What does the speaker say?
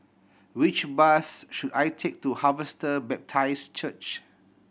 which bus should I take to Harvester Baptist Church